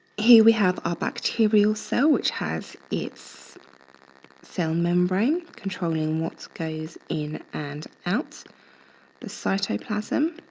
here we have our bacterial cell which has its cell membrane controlling what goes in and out the cytoplasm,